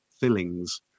fillings